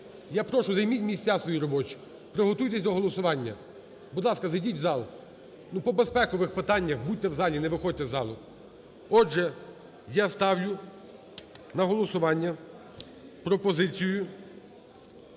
я прошу займіть місця свої робочі, приготуйтесь до голосування. Будь ласка, зайдіть в зал. Ну по безпекових питаннях будьте в залі, не виходьте із залу. Отже, я ставлю на голосування пропозицію